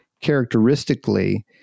characteristically